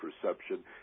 perception